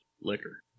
liquor